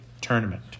tournament